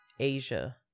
Asia